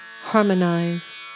harmonize